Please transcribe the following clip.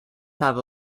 have